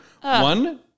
One